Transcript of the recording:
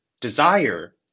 Desire